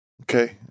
Okay